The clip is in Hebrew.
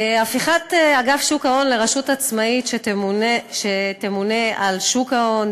הפיכת אגף שוק ההון לרשות עצמאית שתמונה על שוק ההון,